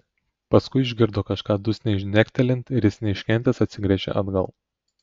paskui išgirdo kažką dusliai žnektelint ir jis neiškentęs atsigręžė atgal